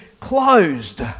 closed